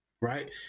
right